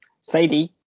Sadie